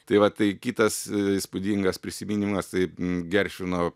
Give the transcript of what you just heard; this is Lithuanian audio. tai va tai kitas įspūdingas prisiminimas taip geršvino